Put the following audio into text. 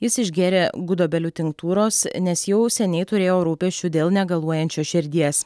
jis išgėrė gudobelių tinktūros nes jau seniai turėjo rūpesčių dėl negaluojančios širdies